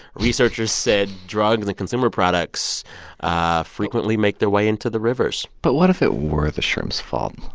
researchers said drugs and consumer products ah frequently make their way into the rivers but what if it were the shrimps' fault?